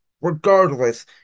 Regardless